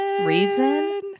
Reason